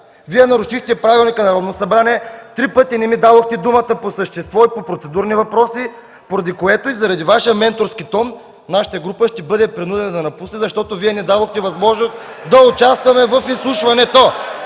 Вие нарушихте Правилника на Народното събрание. Три пъти не ми дадохте думата по същество и по процедурни въпроси. Поради това и поради Вашия менторски тон нашата група ще бъде принудена да напусне, защото Вие не дадохте възможност да участваме в изслушването.